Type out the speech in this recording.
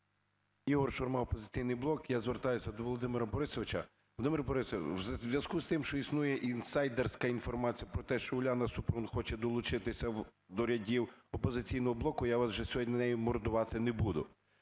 ІгорШурма, "Опозиційний блок". Я звертаюся до Володимира Борисовича. Володимире Борисовичу, у зв'язку з тим, що існує інсайдерська інформація про те, що Уляна Супрун хоче долучитися до рядів "Опозиційного блоку", я вас вже сьогодні нею мордувати не буду,